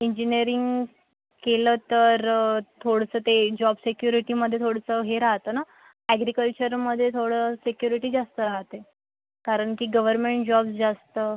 engineering केलं तर थोडंसं ते जॉब सिक्युरिटीमध्ये ते थोडंसं हे राहतं ना ॲग्रिकल्चरमध्ये थोडं सिक्युरिटी जास्त राहते कारण की गव्हर्नमेंट जॉब जास्त